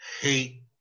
hate